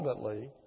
ultimately